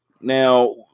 now